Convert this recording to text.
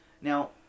now